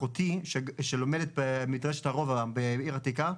אחותי שלומדת במדרשת הרובע בעיר העתיקה,